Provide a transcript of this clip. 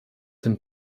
den